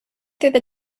through